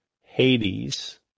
Hades